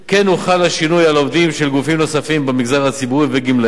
כן הוחל השינוי על עובדים של גופים נוספים במגזר הציבורי וגמלאיהם,